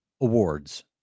awards